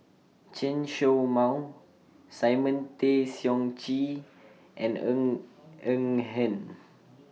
Chen Show Mao Simon Tay Seong Chee and Ng Eng Hen